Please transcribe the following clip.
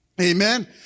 Amen